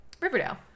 Riverdale